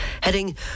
heading